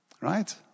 Right